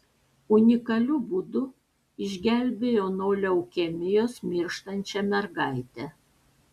unikaliu būdu išgelbėjo nuo leukemijos mirštančią mergaitę